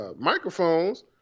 microphones